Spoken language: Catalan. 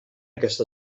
aquest